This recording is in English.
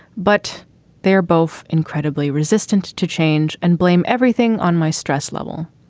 but they're both incredibly resistant to change and blame everything on my stress level.